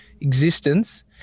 existence